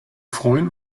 freuen